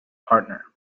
partner